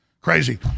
Crazy